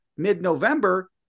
mid-November